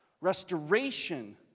Restoration